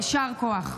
יישר כוח.